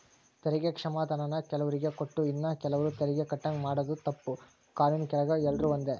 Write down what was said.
ತೆರಿಗೆ ಕ್ಷಮಾಧಾನಾನ ಕೆಲುವ್ರಿಗೆ ಕೊಟ್ಟು ಇನ್ನ ಕೆಲುವ್ರು ತೆರಿಗೆ ಕಟ್ಟಂಗ ಮಾಡಾದು ತಪ್ಪು, ಕಾನೂನಿನ್ ಕೆಳಗ ಎಲ್ರೂ ಒಂದೇ